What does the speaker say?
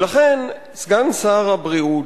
ולכן סגן שר הבריאות,